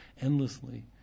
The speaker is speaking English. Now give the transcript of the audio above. endlessly